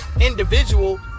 individual